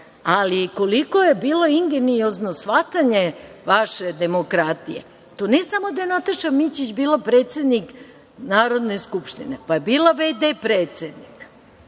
ali koliko je bilo ingeniozno shvatanje vaše demokratije. Tu ne samo da je Nataša Mićić bila predsednik Narodne skupštine, pa je bila v.d. predsednika